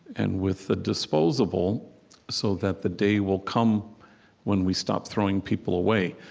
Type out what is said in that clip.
and with the disposable so that the day will come when we stop throwing people away.